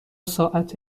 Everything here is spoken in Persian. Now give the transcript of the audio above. ساعت